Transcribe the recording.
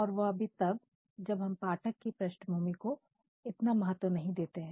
और वह भी तब जब हम पाठक की पृष्ठभूमि को इतना महत्व नहीं देते हैं